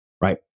right